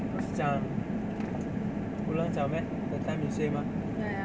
不是讲 woodlands liao meh that time you say mah